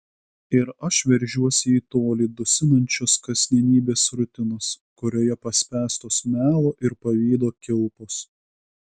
ir aš veržiuosi į tolį dusinančios kasdienybės rutinos kurioje paspęstos melo ir pavydo kilpos